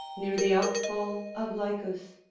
near the outfall of lycus,